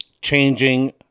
changing